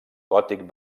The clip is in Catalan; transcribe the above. gòtic